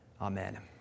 Amen